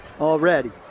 already